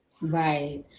right